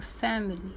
family